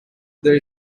there